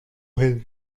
hill